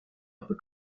upper